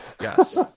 yes